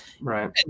right